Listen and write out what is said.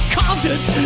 concerts